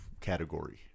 category